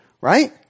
right